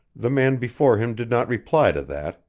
the man before him did not reply to that,